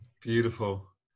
Beautiful